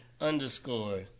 underscore